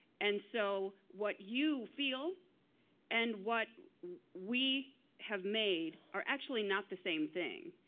and so what you feel and what we have made are actually not the same thing.